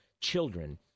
children